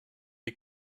est